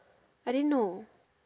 I didn't know